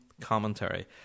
commentary